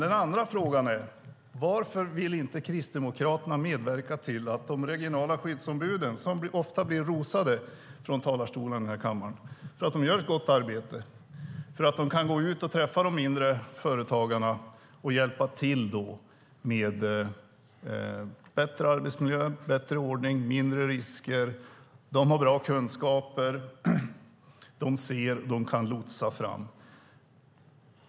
Den andra frågan handlar om de regionala skyddsombuden som ofta rosas här i kammaren för att de gör ett gott arbete och går ut och träffar de mindre företagarna och hjälper till med bättre arbetsmiljö, bättre ordning och mindre risker. De har bra kunskaper, de ser problem som finns och de kan lotsa rätt.